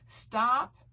stop